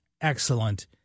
excellent